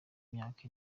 myaka